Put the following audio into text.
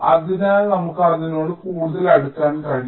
അതിനാൽ നമുക്ക് അതിനോട് കൂടുതൽ അടുക്കാൻ കഴിയും